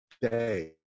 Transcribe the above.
day